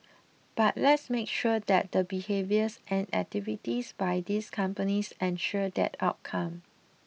but let's make sure that the behaviours and activities by these companies ensure that outcome